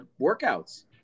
workouts